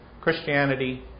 Christianity